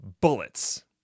Bullets